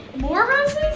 more roses?